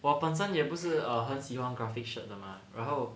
我本身也不是很喜欢 graphic shirt 的 mah 然后